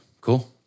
cool